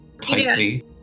tightly